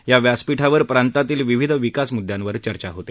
या व्यासपीठावर प्रांतातील विविध विकास मुदयांवर चर्चा होते